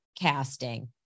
casting